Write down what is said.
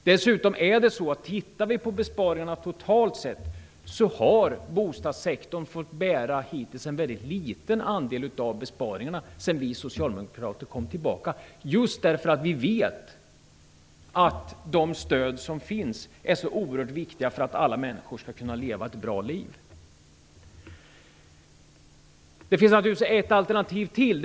Dessutom är det så att bostadssektorn hittills totalt sett har fått bära en väldigt liten andel av besparingarna sedan vi socialdemokrater kom tillbaka, just därför att vi vet att de stöd som finns är så oerhört viktiga för att alla människor skall kunna leva ett bra liv. Det finns naturligtvis ett alternativ till.